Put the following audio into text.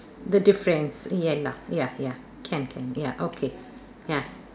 the difference ya ya ya ya can can ya okay ya